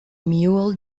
mule